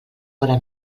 fora